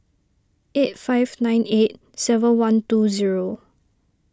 eight five nine eight seven one two zero